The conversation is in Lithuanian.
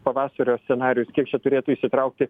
pavasario scenarijus kiek čia turėtų įsitraukti